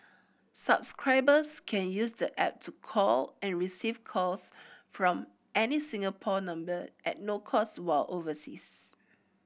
subscribers can use the app to call and receive calls from any Singapore number at no cost while overseas